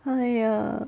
!haiya!